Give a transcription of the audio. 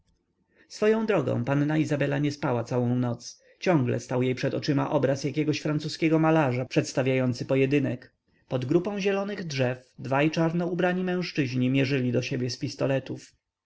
swoją drogą panna izabela nie spała przez całą noc ciągle stał jej przed oczyma obraz jakiegoś francuskiego malarza przedstawiający pojedynek pod grupą zielonych drzew dwaj czarno ubrani mężczyźni mierzyli do siebie z pistoletów